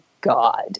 God